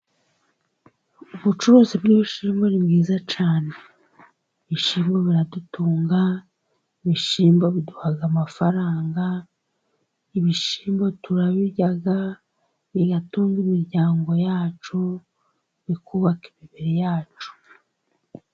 Ubucuruzi bw'ibishyimbo ni bwiza cyane, ibishyimbo biradutunga, ibishimbo biduhaha amafaranga, ibishimbo turabirya, bigatunga imiryango yacu, bikubaka imibiri yacu.